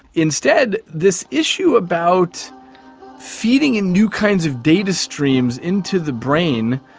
instead this issue about feeding in new kinds of data streams into the brain,